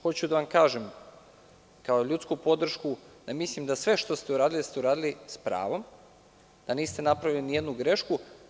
Hoću da vam kažem, kao ljudsku podršku, da mislim da sve što ste uradili, uradili ste s pravom, da niste napravili nijednu grešku.